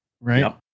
right